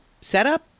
setup